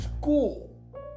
school